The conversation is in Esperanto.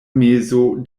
mezo